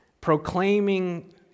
proclaiming